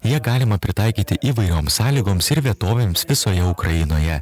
ją galima pritaikyti įvairioms sąlygoms ir vietovėms visoje ukrainoje